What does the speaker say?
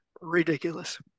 ridiculous